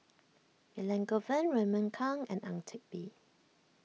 Elangovan Raymond Kang and Ang Teck Bee